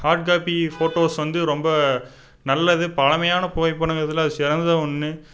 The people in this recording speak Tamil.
ஹார்ட் காப்பி ஃபோட்டோஸ் வந்து ரொம்ப நல்லது பழமையான புகைப்படம் இதில் சிறந்த ஒன்று